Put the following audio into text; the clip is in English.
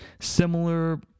similar